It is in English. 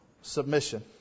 submission